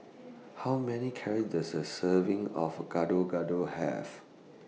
How Many Curry Does A Serving of Gado Gado Have